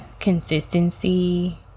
Consistency